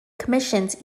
commissions